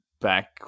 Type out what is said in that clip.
Back